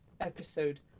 episode